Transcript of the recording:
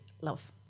love